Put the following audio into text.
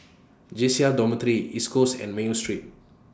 J C R Dormitory East Coast and Mayo Street